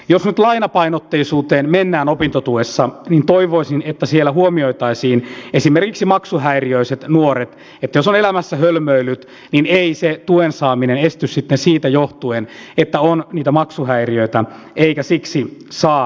jos nyt lainapainotteisuuteen mennään opintotuessa niin toivoisin että siellä huomioitaisiin esimerkiksi maksuhäiriöiset nuoret että jos on elämässä hölmöillyt niin ei se tuen saaminen esty sitten siitä johtuen että on niitä maksuhäiriöitä eikä siksi saa opintolainaa